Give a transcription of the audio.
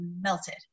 melted